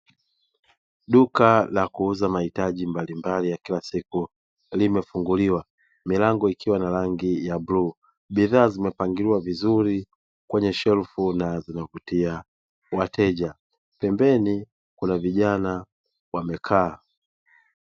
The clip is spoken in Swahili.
Duka la kuuza mahitaji mbalimbali ya kila siku limefunguliwa milango ikiwa na rangi ya bluu, bidhaa zimepangiliwa vizuri kwenye shelfu na zinavutia wateja; pembeni kuna vijana wamekaa.